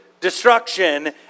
destruction